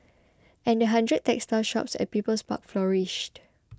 and the hundred textile shops at People's Park flourished